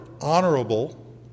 honorable